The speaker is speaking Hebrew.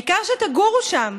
העיקר שתגורו שם.